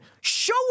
Show